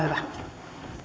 hyvä